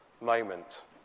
moment